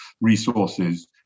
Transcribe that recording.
resources